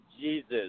Jesus